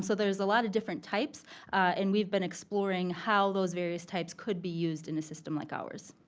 so there's a lot of different types and we've been exploring how those various types could be used in a system like ours.